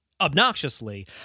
obnoxiously